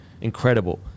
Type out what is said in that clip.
incredible